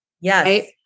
Yes